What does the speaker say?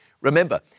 Remember